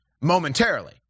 momentarily